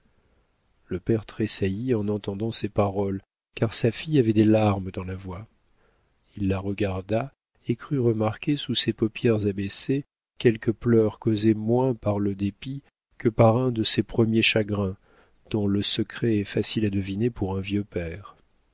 le père tressaillit en entendant ces paroles car sa fille avait des larmes dans la voix il la regarda et crut remarquer sous ses paupières abaissées quelques pleurs causés moins par le dépit que par un de ces premiers chagrins dont le secret est facile à deviner pour un vieux père